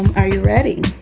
are you ready?